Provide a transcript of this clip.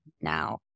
now